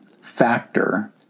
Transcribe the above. factor